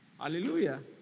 hallelujah